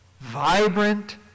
vibrant